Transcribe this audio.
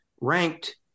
ranked